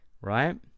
right